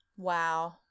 Wow